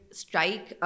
strike